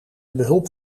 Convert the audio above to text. behulp